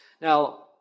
Now